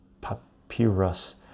papyrus